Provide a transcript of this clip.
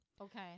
Okay